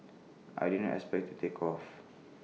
I didn't expect IT to take off